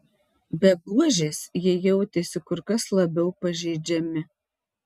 be buožės jie jautėsi kur kas labiau pažeidžiami